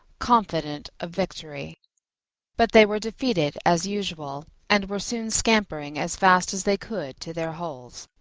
confident of victory but they were defeated as usual, and were soon scampering as fast as they could to their holes.